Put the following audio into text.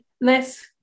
less